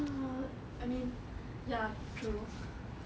ya I mean ya true